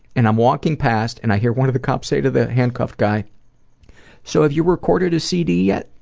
and i'm walking past, and i hear one of the cops say to the handcuffed guy so, have you recorded a cd yet?